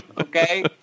Okay